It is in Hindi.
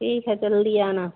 ठीक है जल्दी आना